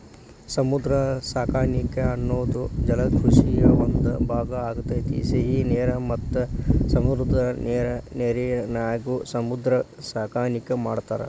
ಸಮುದ್ರ ಸಾಕಾಣಿಕೆ ಅನ್ನೋದು ಜಲಕೃಷಿಯ ಒಂದ್ ಭಾಗ ಆಗೇತಿ, ಸಿಹಿ ನೇರ ಮತ್ತ ಸಮುದ್ರದ ನೇರಿನ್ಯಾಗು ಸಮುದ್ರ ಸಾಕಾಣಿಕೆ ಮಾಡ್ತಾರ